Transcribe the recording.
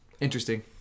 Interesting